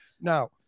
Now